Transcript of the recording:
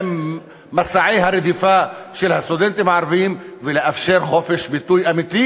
מסעי הרדיפה של הסטודנטים הערבים ולאפשר חופש ביטוי אמיתי,